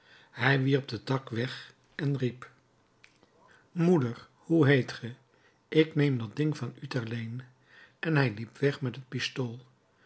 hij wierp den tak weg en riep moeder hoe heet ge ik neem dat ding van u ter leen en hij liep weg met het pistool